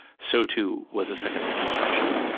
so too was the second reconstruction.